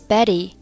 Betty